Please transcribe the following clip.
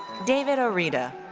david arida.